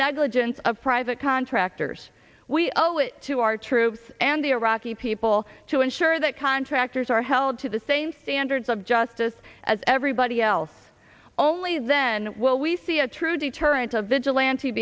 negligence of private contractors we owe it to our troops and the iraqi people to ensure that contractors are held to the same standards of justice as everybody else only then will we see a true deterrence of vigilante